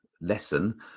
lesson